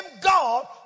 God